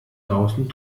draußen